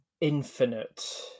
infinite